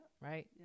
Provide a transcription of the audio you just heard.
right